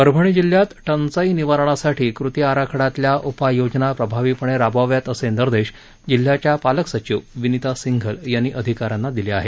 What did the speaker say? परभणी जिल्ह्यात टंचाई निवारणासाठी कृती आराखड्यातल्या उपाययोजना प्रभावीपणे राबवाव्यात असे निर्देश जिल्ह्याच्या पालकसचिव विनिता सिंघल यांनी अधिकाऱ्यांना दिले आहेत